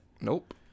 Nope